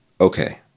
Okay